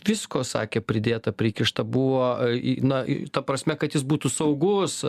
visko sakė pridėta prikišta buvo na ta prasme kad jis būtų saugus